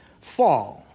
fall